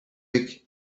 week